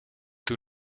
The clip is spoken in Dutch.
doe